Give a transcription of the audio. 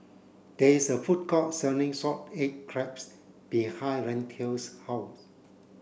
there is a food court selling salted egg crabs behind Randel's house